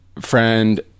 friend